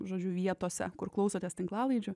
žodžiu vietose kur klausotės tinklalaidžių